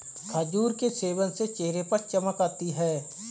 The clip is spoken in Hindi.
खजूर के सेवन से चेहरे पर चमक आती है